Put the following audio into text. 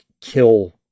kill